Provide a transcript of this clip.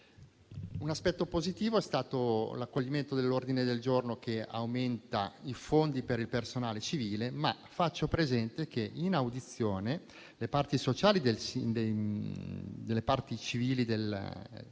un aspetto positivo è stato l'accoglimento dell'ordine del giorno che aumenta i fondi per il personale civile. Ma faccio presente che in audizione le parti sociali del personale civile del comparto